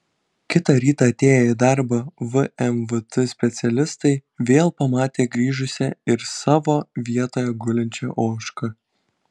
kitą rytą atėję į darbą vmvt specialistai vėl pamatė grįžusią ir savo vietoje gulinčią ožką